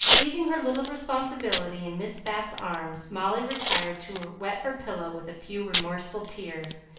leaving her little responsibility in miss bat's arms, molly retired to wet her pillow with a few remorseful tears,